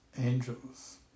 angels